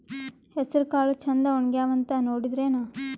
ಹೆಸರಕಾಳು ಛಂದ ಒಣಗ್ಯಾವಂತ ನೋಡಿದ್ರೆನ?